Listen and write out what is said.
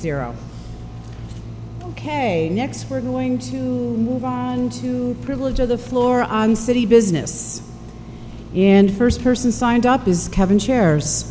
zero ok next we're going to move into privilege of the floor on city business and first person signed up is kevin sha